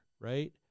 right